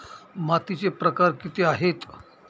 मातीचे प्रकार किती आहेत?